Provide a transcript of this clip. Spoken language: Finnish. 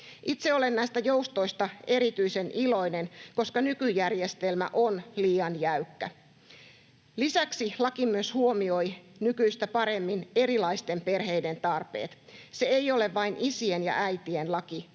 Itse olen näistä joustoista erityisen iloinen, koska nykyjärjestelmä on liian jäykkä. Lisäksi laki huomioi nykyistä paremmin erilaisten perheiden tarpeet. Se ei ole vain isien ja äitien laki, vaan